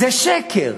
זה שקר.